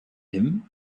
him